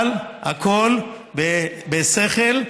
אבל הכול בשכל.